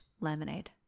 lemonade